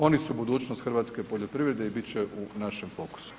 Oni su budućnost hrvatske poljoprivrede i bit će u našem fokusu.